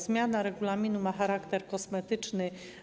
Zmiana regulaminu ma charakter kosmetyczny.